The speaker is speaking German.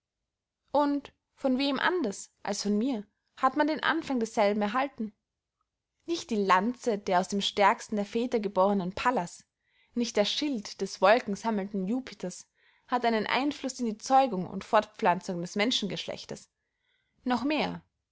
und von wem anders als von mir hat man den anfang desselben erhalten nicht die lanze der aus dem stärksten der väter gebohrnen pallas nicht der schild des wolkensammelnden jupiters hat einen einfluß in die zeugung und fortpflanzung des menschengeschlechtes noch mehr